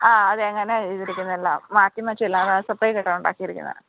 ആ അതെ അങ്ങനെയാണ് ചെയ്തിരിക്കുന്നത് എല്ലാം മാറ്റി മാറ്റി എല്ലാം സെപ്പറേറ്റ് ആയിട്ടാണ് ഉണ്ടാക്കിയിരിക്കുന്നത്